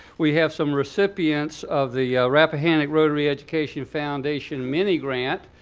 we have some recipients of the rappahannock rotary education foundation mini grant.